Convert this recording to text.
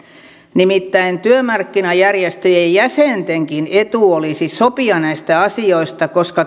nimittäin työmarkkinajärjestöjen jäsentenkin etu olisi sopia näistä asioista koska